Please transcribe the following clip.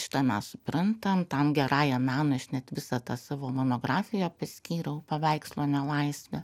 šitą mes suprantame tam gerajam menui aš net visą tą savo monografiją priskyriau paveikslo nelaisvę